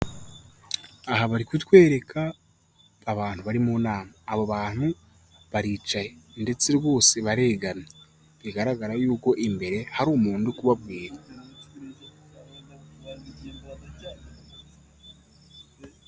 Aha bari kutwereka abantu bari mu nama, abo bantu baricaye ndetse rwose barigana, bigaragara yuko imbere hari umuntu uri kubabwira.